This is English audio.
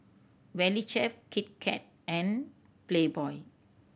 Valley Chef Kit Kat and Playboy